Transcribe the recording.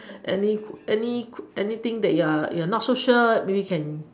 any any anything that you're you're not so sure maybe can